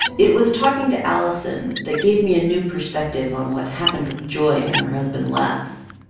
it was talking to alison that gave me a new perspective on what happened with joy and her husband les.